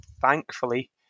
thankfully